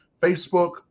facebook